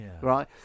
right